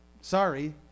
sorry